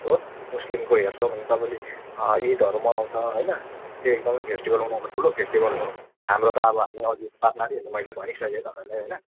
हो मुस्लिमको हेर्छौँ भने तपाईँले अँ ईदहरू मनाउँछ होइन एकदमै फेस्टिवल उनीहरूको ठुलो फेस्टिवल हो हाम्रो त अब हामी अघि बात मारिहाल्यौँ मैले भनिसकेँ तपाईँलाई होइन